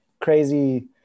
crazy